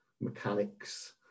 mechanics